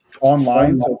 online